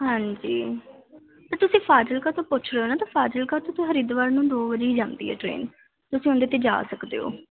ਹਾਂਜੀ ਤਾਂ ਤੁਸੀਂ ਫਾਜ਼ਿਲਕਾ ਤੋਂ ਪੁੱਛ ਰਹੇ ਹੋ ਨਾ ਤਾਂ ਫਾਜ਼ਿਲਕਾ ਤੋਂ ਹਰਿਦਵਾਰ ਨੂੰ ਦੋ ਵਜੇ ਹੀ ਜਾਂਦੀ ਹੈ ਟ੍ਰੇਨ ਤੁਸੀਂ ਉਹਦੇ 'ਤੇ ਜਾ ਸਕਦੇ ਹੋ